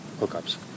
hookups